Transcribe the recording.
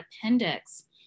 appendix